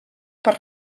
per